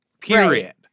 period